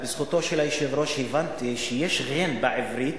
בזכותו של היושב-ראש הבנתי שיש ע' בעברית,